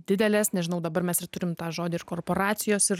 didelės nežinau dabar mes ir turim tą žodį ir korporacijos ir